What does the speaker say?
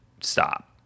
stop